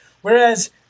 whereas